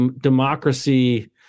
democracy